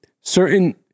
certain